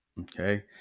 Okay